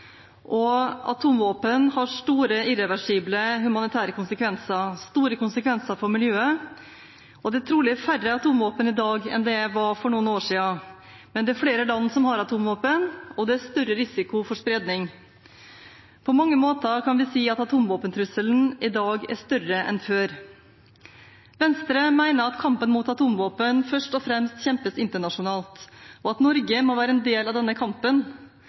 og atomvåpen har store, irreversible humanitære konsekvenser, og store konsekvenser for miljøet. Det er trolig færre atomvåpen i dag enn det var for noen år siden, men det er flere land som har atomvåpen, og det er større risiko for spredning. På mange måter kan vi si at atomvåpentrusselen i dag er større enn før. Venstre mener at kampen mot atomvåpen først og fremst kjempes internasjonalt, og at Norge må være en del av denne kampen.